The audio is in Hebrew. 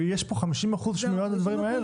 יש פה 50% שמיועד לדברים האלה.